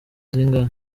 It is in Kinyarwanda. zingahe